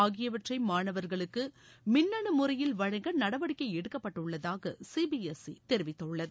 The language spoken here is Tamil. ஆகியவற்றை மாணவர்களுக்கு மின்னனு முறையில் வழங்க நடவடிக்கை எடுக்கப்பட்டுள்ளதாக சிபிஎஸ்இ தெரிவித்துள்ளது